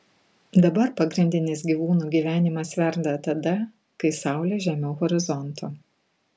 dabar pagrindinis gyvūnų gyvenimas verda tada kai saulė žemiau horizonto